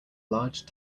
large